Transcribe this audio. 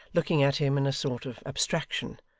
looking at him in a sort of abstraction.